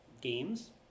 games